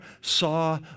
saw